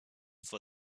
for